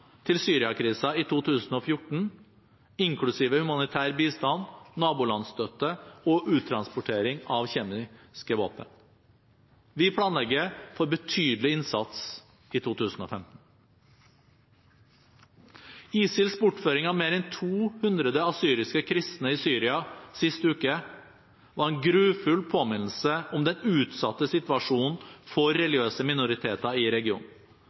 til Syria-krisen i 2014, inklusiv humanitær bistand, nabolandsstøtte og uttransportering av kjemiske våpen. Vi planlegger for en betydelig innsats i 2015. ISILs bortføring av mer enn 200 assyriske kristne i Syria sist uke var en grufull påminnelse om den utsatte situasjonen for religiøse minoriteter i regionen.